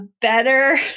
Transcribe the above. better